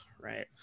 right